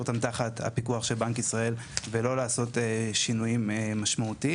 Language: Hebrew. אותם תחת הפיקוח של בנק ישראל ולא לעשות שינויים משמעותיים.